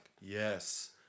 yes